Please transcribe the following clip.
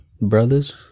brothers